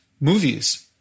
movies